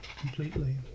completely